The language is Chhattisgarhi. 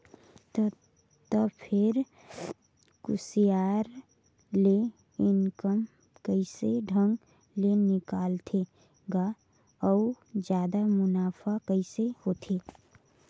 त फेर कुसियार ले इनकम कइसे ढंग ले निकालथे गा अउ जादा मुनाफा कइसे होथे